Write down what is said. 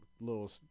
little